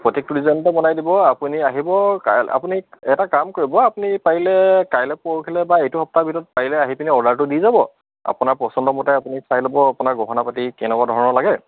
প্ৰত্যেকটো ডিজাইনতে বনাই দিব আপুনি আহিব কাইলৈ আপুনি এটা কাম কৰিব আপুনি পাৰিলে কাইলৈ পৰহিলে বা এইটো সপ্তাহৰ ভিতৰত পাৰিলে আহি পিনে অৰ্ডাৰটো দি যাব আপোনাৰ পচন্দমতে আপুনি চাই ল'ব আপোনাৰ গহনা পাতি কেনেকুৱা ধৰণৰ লাগে